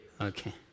Okay